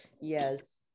Yes